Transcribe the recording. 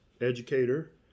educator